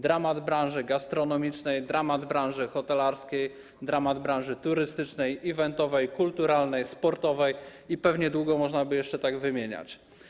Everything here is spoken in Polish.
Dramat branży gastronomicznej, dramat branży hotelarskiej, dramat branż turystycznej, eventowej, kulturalnej, sportowej i pewnie długo można by jeszcze tak wymieniać.